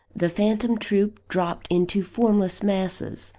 the phantom troop dropped into formless masses,